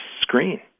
screen